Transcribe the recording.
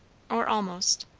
or almost.